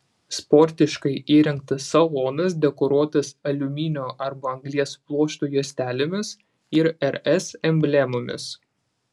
sportiškai įrengtas salonas dekoruotas aliuminio arba anglies pluošto juostelėmis ir rs emblemomis